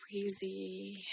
crazy